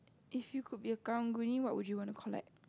if you could be a karang guni what would you want to collect